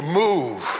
move